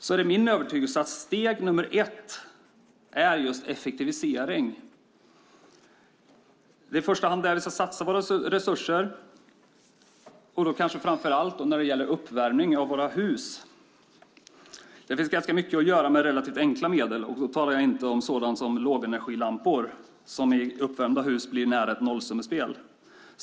Det är min övertygelse att steg nr 1 är effektivisering. Det är i första hand där vi ska satsa våra resurser och kanske framför allt när det gäller uppvärmning av våra hus. Det finns ganska mycket att göra med relativt enkla medel. Då talar jag inte om sådant som lågenergilampor som i uppvärmda hus blir nära ett nollsummespel.